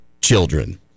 children